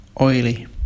oily